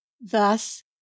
Thus